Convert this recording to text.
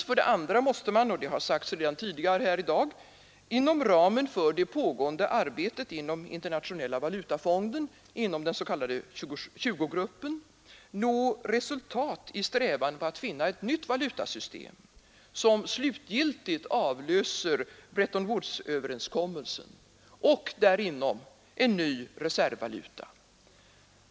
För det andra måste man — det har sagts redan tidigare under debatten — inom ramen för det pågående arbetet inom Internationella valutafonden, i den s.k. 20-gruppen, nå resultat i strävan att finna ett nytt valutasystem, som slutgiltigt avlöser Bretton-Woodsöverenskommelsen, och inom detta system en ny reservvaluta.